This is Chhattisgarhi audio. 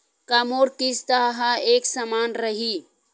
का मोर किस्त ह एक समान रही?